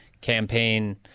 campaign